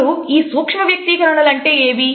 అసలు ఈ సూక్ష్మ వ్యక్తీకరణలు అంటే ఏవి